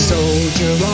Soldier